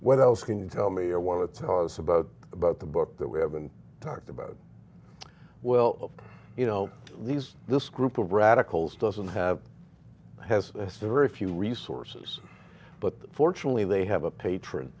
where else can you tell me or want to tell us about about the book that we haven't talked about well you know these this group of radicals doesn't have has a scary few resources but fortunately they have a patron